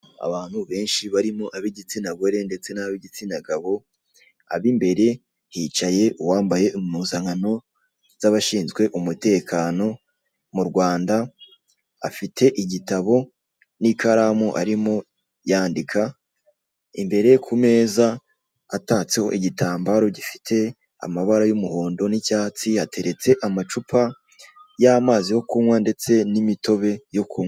Abantu benshi barimo ab'igitsina gore ndetse n'ab'igitsina gabo, ab'imbere, hicaye uwambaye impuzankano z'abashinzwe umutekano mu Rwanda, afite igitabo n'ikaramu arimo yandika, imbere ku meza atatseho igitambaro gifite amabara y'umuhondo n'icyatsi, hateretse amacupa y'amazi yo kunywa ndetse n'imitobe yo kunywa.